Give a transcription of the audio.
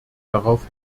darauf